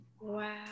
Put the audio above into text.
Wow